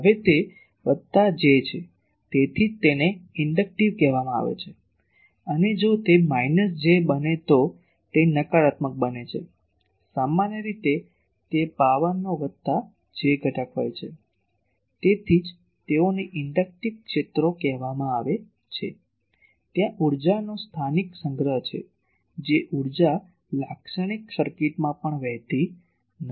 હવે તે વત્તા j છે તેથી જ તેને ઇન્ડકટીવ કહેવામાં આવે છે અને જો તે માઈનસ j બને તો તે નકારાત્મક બને છે સામાન્ય રીતે તે પાવરનો વત્તા j ઘટક હોય છે તેથી જ તેઓને ઇન્ડકટીવ ક્ષેત્રો કહેવામાં આવે છે ત્યાં ઊર્જાનો સ્થાનિક સંગ્રહ છે જે ઊર્જા લાક્ષણિક સર્કિટમાં પણ વહેતી નથી